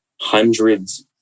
hundreds